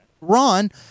Ron